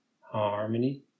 harmony